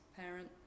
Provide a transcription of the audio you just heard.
parent